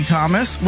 Thomas